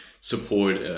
support